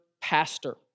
pastor